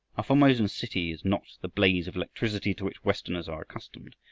a formosan city is not the blaze of electricity to which westerners are accustomed,